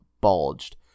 bulged